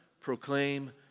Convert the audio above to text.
proclaim